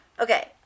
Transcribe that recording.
Okay